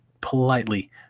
politely